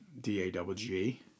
D-A-double-G